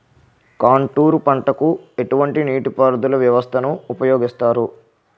Contour పంటకు ఎటువంటి నీటిపారుదల వ్యవస్థను ఉపయోగిస్తారు?